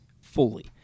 fully